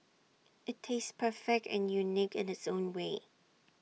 IT tastes perfect and unique in its own way